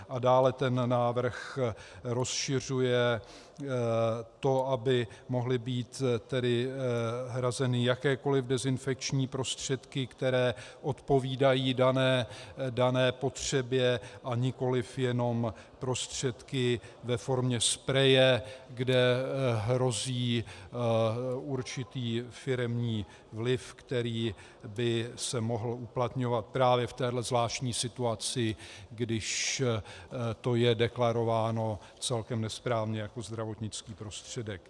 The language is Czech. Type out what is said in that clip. A dále návrh rozšiřuje to, aby mohly být hrazeny jakékoli dezinfekční prostředky, které odpovídají dané potřebě, a nikoliv jenom prostředky ve formě spreje, kde hrozí určitý firemní vliv, který by se mohl uplatňovat právě v téhle zvláštní situaci, když to je deklarováno celkem nesprávně jako zdravotnický prostředek.